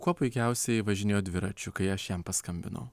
kuo puikiausiai važinėjo dviračiu kai aš jam paskambinau